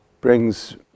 brings